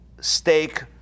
stake